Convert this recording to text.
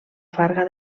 farga